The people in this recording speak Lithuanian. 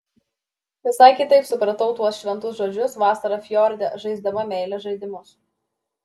visai kitaip supratau tuos šventus žodžius vasarą fjorde žaisdama meilės žaidimus